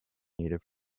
native